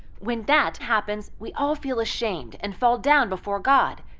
when that happens, we all feel ashamed and fall down before god.